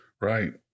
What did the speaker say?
Right